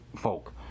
folk